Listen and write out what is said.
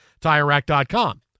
TireRack.com